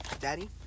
daddy